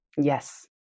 Yes